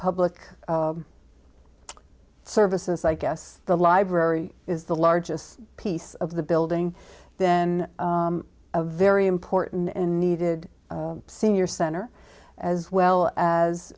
public services i guess the library is the largest piece of the building then a very important and needed senior center as well as